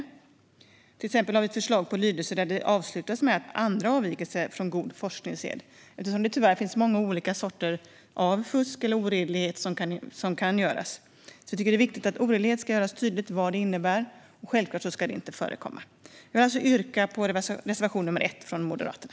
Till exempel har vi ett förslag på lydelse som avslutas med andra avvikelser från god forskningssed, eftersom det tyvärr finns många olika sorters fusk eller oredlighet som kan göras. Vi tycker att det är viktigt att det görs tydligt vad oredlighet innebär, och självklart ska det inte förekomma. Jag vill alltså yrka bifall till reservation 1 från Moderaterna.